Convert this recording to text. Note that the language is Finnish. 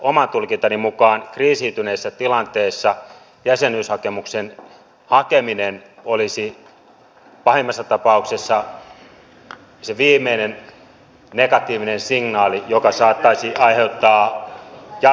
oman tulkintani mukaan kriisiytyneessä tilanteessa jäsenyyden hakeminen olisi pahimmassa tapauksessa se viimeinen negatiivinen signaali joka saattaisi aiheuttaa jatkotoimenpiteitä